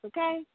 Okay